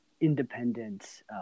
independent